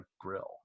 grill